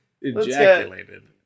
Ejaculated